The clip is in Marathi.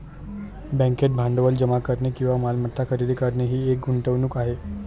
बँकेत भांडवल जमा करणे किंवा मालमत्ता खरेदी करणे ही एक गुंतवणूक आहे